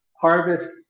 harvest